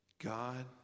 God